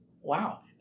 wow